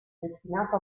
destinato